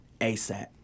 ASAP